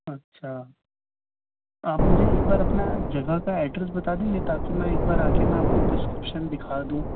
اچھا آپ مجھے ایک بار اپنا جگہ کا ایڈریس بتا دیں گے تاکہ میں ایک بار آکے میں آپ کو پرسکرپشن دکھا دوں